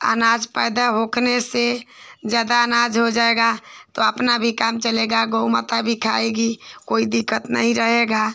अनाज पैदा होने से ज़्यादा अनाज हो जाएगा तो अपना भी काम चलेगा गऊ माता भी खाएँगी कोई दिक्कत नहीं रहेगी